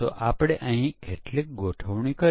ચાલો આપણે અહીં જવાબ જોઈએ